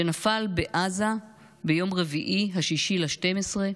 שנפל בעזה ביום רביעי 6 בדצמבר,